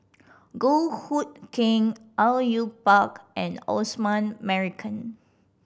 Goh Hood Keng Au Yue Pak and Osman Merican